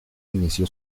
inició